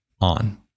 on